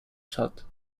statt